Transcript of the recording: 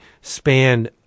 span